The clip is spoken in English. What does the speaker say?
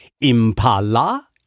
Impala